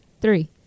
three